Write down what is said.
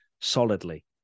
solidly